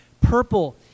Purple